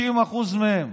60% מהם,